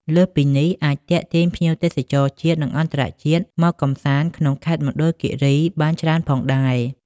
លើសពីនេះអាចទាក់ទាញភ្ញៀវទេសចរណ៍ជាតិនិងអន្ថរជាតិមកកម្សាន្តក្នុងខេត្តមណ្ឌលគិរីបានច្រើនផងដែរ។